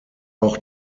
auch